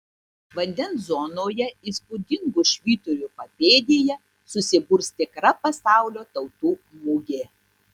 vandens zonoje įspūdingo švyturio papėdėje susiburs tikra pasaulio tautų mugė